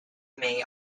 may